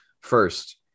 first